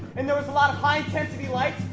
and there was a lot of high intensity lights,